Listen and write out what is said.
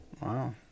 Wow